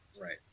Right